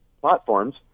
platforms